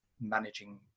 managing